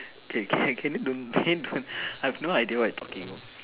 okay can can you don't I have no idea what you talking